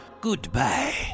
Goodbye